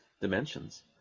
dimensions